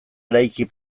eraiki